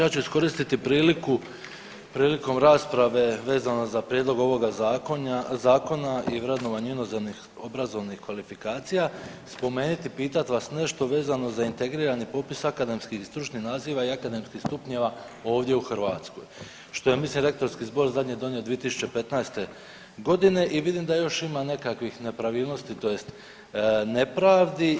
Ja ću iskoristiti priliku prilikom rasprave vezano za prijedlog ovoga Zakona i vrednovanje inozemnih obrazovnih kvalifikacija spomeniti i pitat vas nešto vezano za integrirani popis akademskih i stručnih naziva i akademskih stupnjeva ovdje u Hrvatskoj, što je mislim, Rektorski zbor zadnje donio 2015. g. i vidim da još ima nekakvih nepravilnosti, tj. nepravdi.